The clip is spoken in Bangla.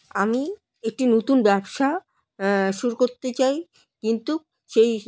আমি একটি নতুন ব্যবসা শুরু করতে চাই কিন্তু সেই